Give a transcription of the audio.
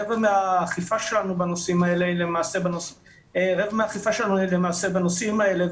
רבע מהאכיפה שלנו היא למעשה בנושאים האלה.